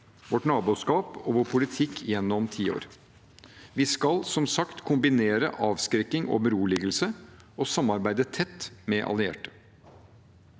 vårt naboskap og vår politikk gjennom tiår. Vi skal som sagt kombinere avskrekking og beroligelse, og samarbeide tett med allierte.